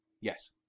Yes